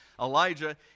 Elijah